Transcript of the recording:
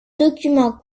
documents